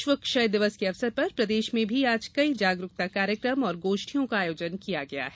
विश्व क्षय दिवस के अवसर पर प्रदेश में भी आज कई जागरुकता कार्यक्रम और गोष्ठियों का आयोजन किया गया है